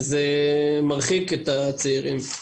וזה מרחיק את הצעירים.